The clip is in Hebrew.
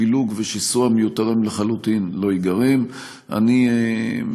פילוג ושיסוע מיותרים לחלוטין לא ייגרם.